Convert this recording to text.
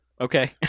Okay